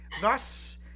Thus